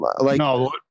No